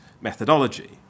methodology